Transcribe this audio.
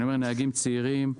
נהגים צעירים,